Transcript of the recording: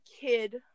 kid